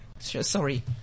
Sorry